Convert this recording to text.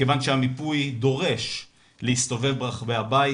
מכיוון שהמיפוי דורש להסתובב ברחבי הבית.